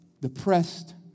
depressed